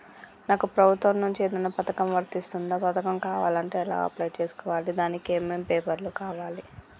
నాకు ప్రభుత్వం నుంచి ఏదైనా పథకం వర్తిస్తుందా? పథకం కావాలంటే ఎలా అప్లై చేసుకోవాలి? దానికి ఏమేం పేపర్లు కావాలి?